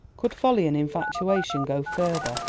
could folly and infatuation go further?